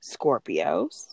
Scorpios